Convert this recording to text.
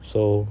so